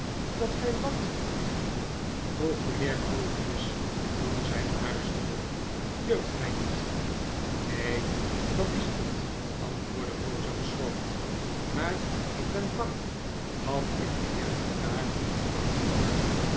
dat gy wat liefje vroeg de heer grewgious toen zij aarzelde duri't gy niet b neen dat is het niet antwoordde rosa beschroomd maar ik ben bang dat ik den heer tartaar zal hinderen